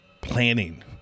planning